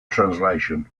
translation